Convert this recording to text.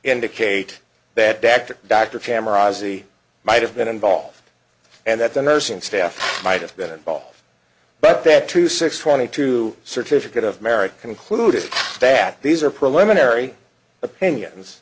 indicate that dr dr camera might have been involved and that the nursing staff might have been involved but that true six twenty two certificate of merit concluded that these are preliminary opinions